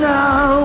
now